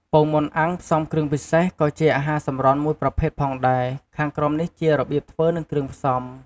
ពងមាន់អាំងផ្សំគ្រឿងពិសេស ក៏ជាអាហារសម្រន់មួយប្រភេទផងដែរ ខាងក្រោមនេះជារបៀបធ្វើនិងគ្រឿងផ្សំ។